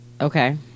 Okay